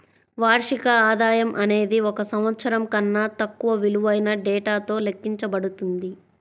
వార్షిక ఆదాయం అనేది ఒక సంవత్సరం కన్నా తక్కువ విలువైన డేటాతో లెక్కించబడుతుంది